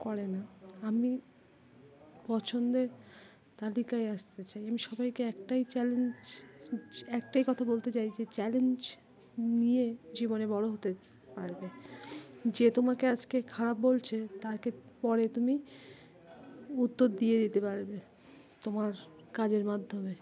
করে না আমি পছন্দের তালিকায় আসতে চাই আমি সবাইকে একটাই চ্যালেঞ্জ একটাই কথা বলতে চাই যে চ্যালেঞ্জ নিয়ে জীবনে বড়ো হতে পারবে যে তোমাকে আজকে খারাপ বলছে তাকে পরে তুমি উত্তর দিয়ে দিতে পারবে তোমার কাজের মাধ্যমে